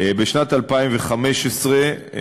בשנת 2015 נרצחו